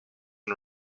and